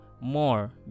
more